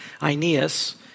Aeneas